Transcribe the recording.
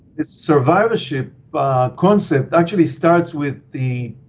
this survivorship concept actually starts with the